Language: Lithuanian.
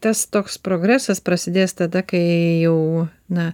tas toks progresas prasidės tada kai jau na